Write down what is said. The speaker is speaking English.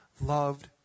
loved